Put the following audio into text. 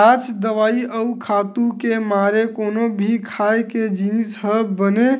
आज दवई अउ खातू के मारे कोनो भी खाए के जिनिस ह बने